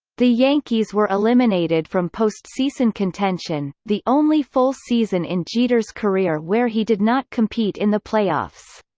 the yankees were eliminated from postseason contention, the only full season in jeter's career where he did not compete in the playoffs.